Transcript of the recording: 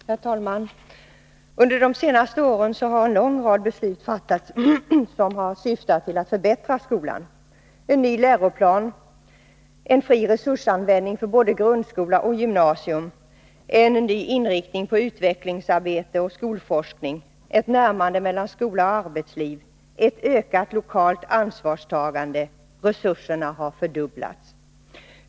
Herr talman! Under de senaste åren har en lång rad beslut fattats som har syftat till att förbättra skolan: en ny läroplan för grundskolan, en fri resursanvändning för både grundskola och gymnasieskola, en ny inriktning på utvecklingsarbete och skolforskning, ett närmande mellan skola och arbetsliv samt ett ökat lokalt ansvarstagande — resurserna har fördubblats.